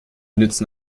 nützen